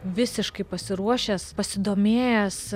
visiškai pasiruošęs pasidomėjęs